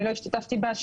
אני לא השתתפתי בה,